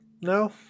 No